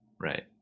Right